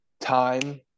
time